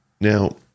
Now